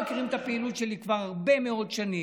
כולם מכירים את הפעילות שלי כבר הרבה מאוד שנים.